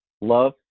love